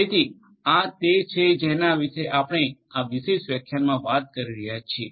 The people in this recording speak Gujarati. તેથી આ તે છે જેના વિશે આપણે આ વિશેષ વ્યાખ્યાનમાં વાત કરી રહ્યા છીએ